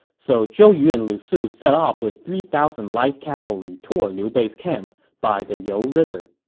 so zhou yu and lu su set off with three thousand light cavalry toward liu bei's camp by the you river.